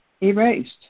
erased